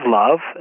love